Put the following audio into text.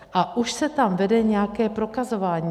A už se tam vede nějaké prokazování.